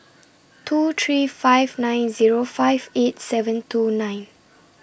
two three five nine Zero five eight seven two nine